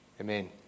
Amen